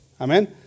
Amen